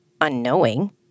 unknowing